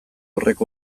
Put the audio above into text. horrek